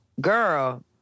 Girl